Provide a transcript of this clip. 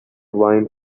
wine